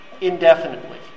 indefinitely